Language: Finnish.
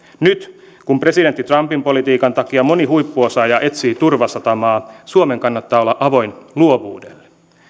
nyt kun presidentti trumpin politiikan takia moni huippuosaaja etsii turvasatamaa suomen kannattaa olla avoin luovuudelle